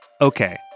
Okay